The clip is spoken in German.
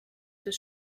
des